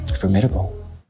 Formidable